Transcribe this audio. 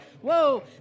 whoa